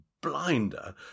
blinder